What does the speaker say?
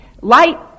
Light